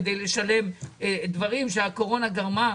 כדי לשלם דברים שהקורונה גרמה.